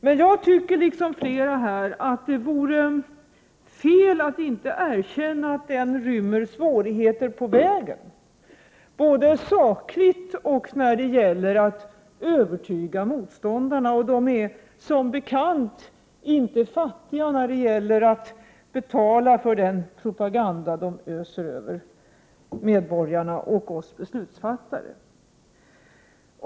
Men jag tycker, liksom flera här, att det vore fel att inte erkänna att den rymmer svårigheter på vägen, både sakligt och när det gäller att övertyga motståndarna — de är som bekant inte fattiga, utan kan betala för den propaganda de öser över medborgarna och oss beslutsfattare.